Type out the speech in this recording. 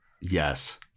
Yes